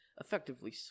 effectively